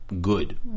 good